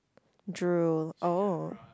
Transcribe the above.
drool oh